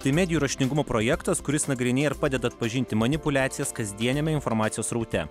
tai medijų raštingumo projektas kuris nagrinėja ir padeda atpažinti manipuliacijas kasdieniame informacijos sraute